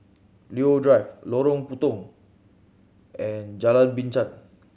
Leo Drive Lorong Puntong and Jalan Binchang